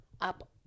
up